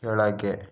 ಕೆಳಗೆ